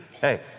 Hey